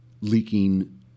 leaking